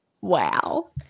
Wow